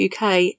UK